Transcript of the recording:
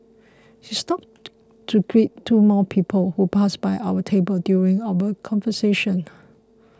he stops to greet two more people who pass by our table during our conversation